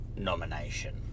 nomination